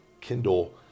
Kindle